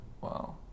Wow